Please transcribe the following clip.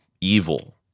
evil